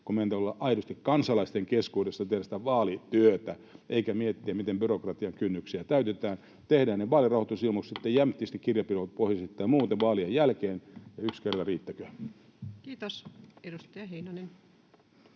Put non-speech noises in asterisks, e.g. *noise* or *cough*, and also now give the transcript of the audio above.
kun meidän pitää olla aidosti kansalaisten keskuudessa, tehdä sitä vaalityötä, eikä miettiä, miten byrokratian kynnyksiä täytetään. Tehdään ne vaalirahoitusilmoitukset *noise* sitten jämptisti kirjanpitopohjaisesti tai muuten vaalien jälkeen, *noise* ja yksi kerta riittäköön. Kiitos. — Edustaja Heinonen.